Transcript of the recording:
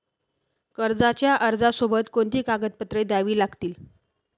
कर्जाच्या अर्जासोबत कोणती कागदपत्रे द्यावी लागतील?